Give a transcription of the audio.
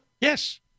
yes